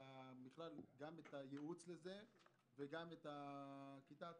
את הייעוץ לזה וגם מתאימה את הכיתה עצמה,